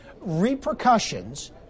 repercussions